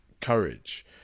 courage